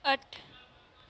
अट्ठ